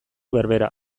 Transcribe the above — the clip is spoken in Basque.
berbera